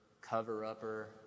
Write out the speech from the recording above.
cover-upper